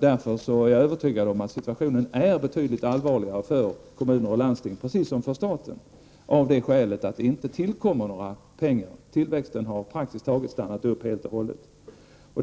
Därför är jag övertygad om att situationen är betydligt allvarligare för kommuner och landsting, precis som för staten, av det skälet att det inte tillkommer några pengar. Tillväxten har praktiskt taget stannat upp helt och hållet.